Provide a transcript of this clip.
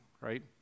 right